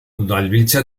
udalbiltza